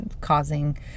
causing